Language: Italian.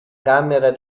camera